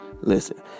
listen